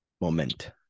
moment